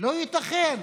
לא ייתכן.